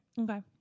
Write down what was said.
Okay